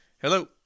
Hello